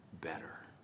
better